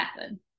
happen